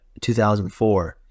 2004